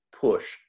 push